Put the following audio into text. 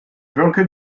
wurke